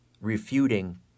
refuting